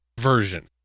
version